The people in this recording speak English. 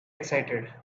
excited